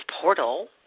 portal